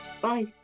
Bye